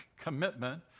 commitment